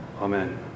Amen